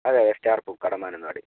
അതെ അതെ സ്റ്റാർ പൂക്കട മാനന്തവാടി